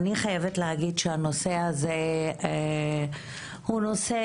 אני חייבת להגיד שהנושא הזה הוא נושא